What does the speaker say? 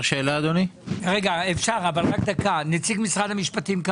בבקשה, נציג משרד המשפטים,